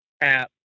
app